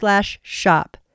shop